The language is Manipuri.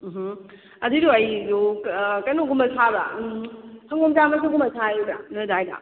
ꯎꯝꯍꯨꯝ ꯑꯗꯨꯏꯗꯣ ꯑꯩꯗꯣ ꯀꯩꯅꯣꯒꯨꯝꯕ ꯁꯥꯕ꯭ꯔꯥ ꯁꯪꯒꯣꯝ ꯆꯥ ꯃꯆꯨꯒꯨꯝꯕ ꯁꯥꯔꯤꯕ꯭ꯔꯥ ꯅꯣꯏ ꯑꯗꯨꯋꯥꯏꯗ